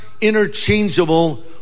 interchangeable